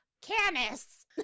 Canis